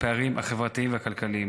הפערים החברתיים והכלכליים.